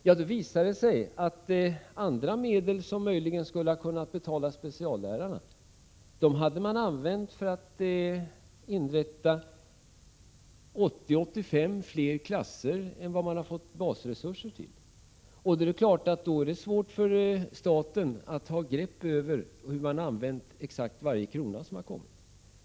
Jo, det visade sig att andra medel, som möjligen hade kunnat användas till att betala speciallärarna, hade gått åt till att inrätta 80-85 fler klasser än vad man hade fått basresurser till. Det är klart att det i ett sådant läge är svårt för staten att få grepp över hur varje anslagen krona har använts.